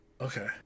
okay